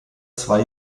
zwei